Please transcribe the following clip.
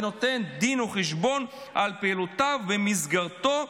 ונותן דין וחשבון על פעולותיו במסגרתו.